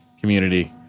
community